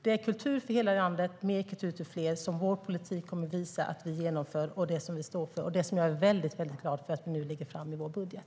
Det är kultur för hela landet och mer kultur till fler som vår politik kommer att visa att vi genomför och är det som vi står för. Jag är väldigt glad för att vi nu lägger fram detta i vår budget.